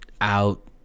out